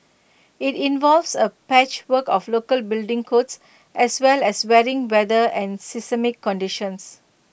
IT involves A patchwork of local building codes as well as varying weather and seismic conditions